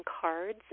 cards